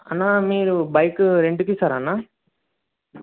అన్నా మీరు బైకు రెంట్కిస్తారా అన్నా